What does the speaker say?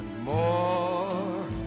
more